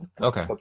okay